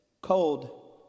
cold